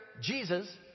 Jesus